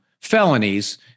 felonies